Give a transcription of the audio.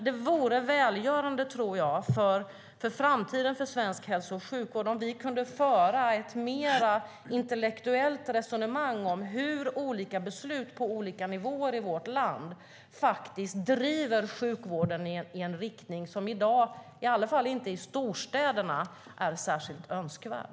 Det vore välgörande för framtiden för svensk hälso och sjukvård om vi kunde föra ett mer intellektuellt resonemang om hur olika beslut på olika nivåer i vårt land faktiskt driver sjukvården i en riktning som i dag inte, i alla fall inte i storstäderna, är särskilt önskvärd.